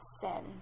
sin